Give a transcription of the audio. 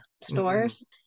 stores